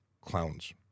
clowns